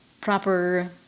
proper